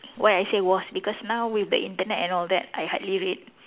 why I say was because now with the Internet and all that I hardly read